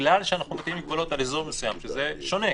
בגלל שנטיל מגבלות על אזור מסוים שזה שונה,